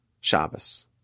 Shabbos